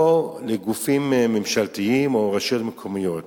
ולגופים ממשלתיים או לרשויות מקומיות.